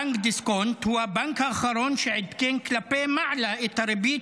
בנק דיסקונט הוא הבנק האחרון שעדכן כלפי מעלה את הריבית